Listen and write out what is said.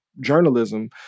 journalism